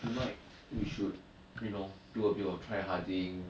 tonight we should you know do a bit of try harding